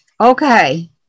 Okay